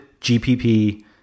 GPP